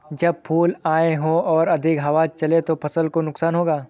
जब फूल आए हों और अधिक हवा चले तो फसल को नुकसान होगा?